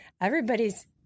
everybody's